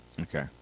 Okay